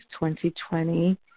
2020